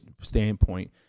standpoint